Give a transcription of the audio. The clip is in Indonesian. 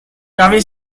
kami